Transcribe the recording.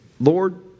Lord